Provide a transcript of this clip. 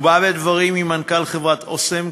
הוא בא בדברים עם מנכ"ל חברת "אסם"